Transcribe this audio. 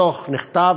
הדוח נכתב.